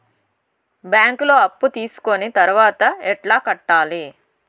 బ్యాంకులో అప్పు తీసుకొని తర్వాత ఎట్లా కట్టాలి?